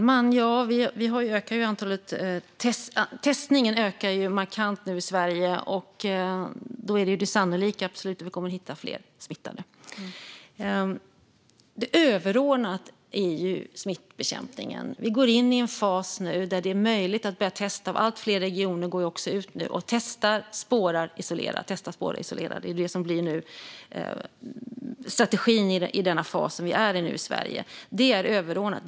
Herr talman! Testningen ökar nu markant i Sverige. Då är det absolut sannolikt att vi kommer att hitta fler smittade. Det överordnade är smittbekämpningen. Nu går vi in i en fas där det är möjligt att testa. Allt fler regioner går också ut och testar, spårar och isolerar. Att testa, spåra och isolera blir strategin i den fas som Sverige nu är i. Det är överordnat.